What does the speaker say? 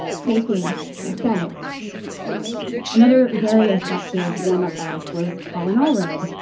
taking the senate and making another very effective warm up act was colin all read,